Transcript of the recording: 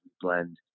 blend